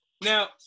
now